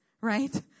right